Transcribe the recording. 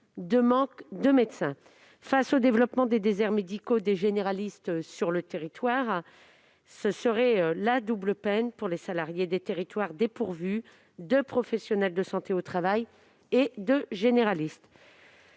une pénurie de médecins. Face au développement des déserts médicaux de généralistes, ce serait la double peine pour les salariés des territoires à la fois dépourvus de professionnels de la santé au travail et de généralistes.